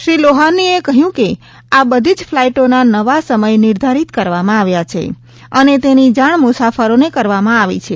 શ્રી લોહાનીએ કહયું કે આ બધી જ ફલાઈટોના નવા સમય નિર્ધારીત કરવામાં આવ્યા છે અને તેની જાણ મુસાફરોને કરવામાં આવી છે